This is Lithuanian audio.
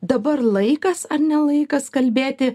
dabar laikas ar ne laikas kalbėti